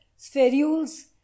spherules